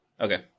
Okay